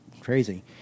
crazy